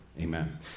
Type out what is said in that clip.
Amen